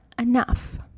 enough